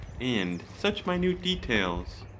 and such minute details.